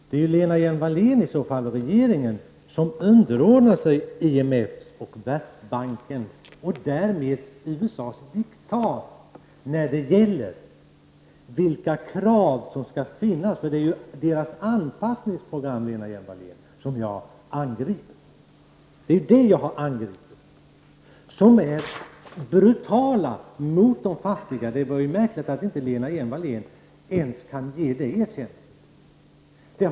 Det är i så fall Lena Hjelm-Wallén och regeringen som underordnar sig IMFs och Världsbankens, och därmed USAs, diktat när det gäller vilka krav som skall finnas. Det är deras anpassningsprogram, Lena Hjelm-Wallén, som jag angriper. De är brutala mot de fattiga. Det är märkligt att Lena Hjelm-Wallén inte ens kan göra det erkännandet.